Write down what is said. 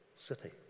city